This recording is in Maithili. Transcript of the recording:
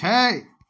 छओ